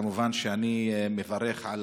כמובן שאני מברך על